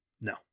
no